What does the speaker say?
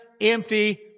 empty